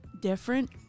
different